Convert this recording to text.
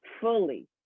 fully